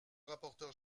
rapporteur